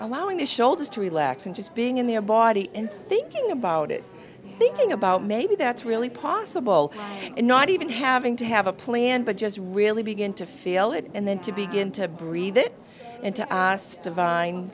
allowing the shoulders to relax and just being in their body and thinking about it thinking about maybe that's really possible and not even having to have a plan but just really begin to feel it and then to begin to breathe it into divine